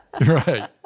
Right